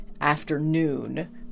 afternoon